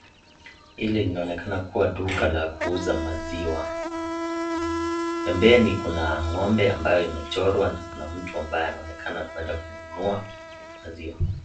Hili linaonekana kuwa duka la kuuza maziwa; pembeni kuna ng'ombe ambaye amechorwa, na kuna mtu ambaye anaonekana kuenda kununua maziwa.